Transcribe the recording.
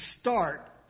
start